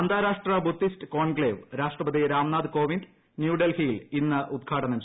അന്താരാഷ്ട്ര Buddhist conclave രാഷ്ട്രപതി രാംനാഥ് കോവിന്ദ് ന്യൂഡൽഹിയിൽ ഇന്ന് ഉദ്ഘാടനം ചെയ്യും